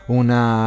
una